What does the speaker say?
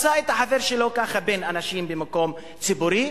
מצא את החבר שלו בין אנשים במקום ציבורי.